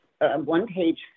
one-page